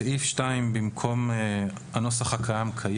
סעיף 2 3. במקום סעיף 2 לחוק העיקרי יבוא: